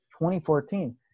2014